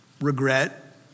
Regret